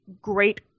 great